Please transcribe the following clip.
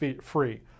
free